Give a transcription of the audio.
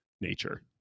nature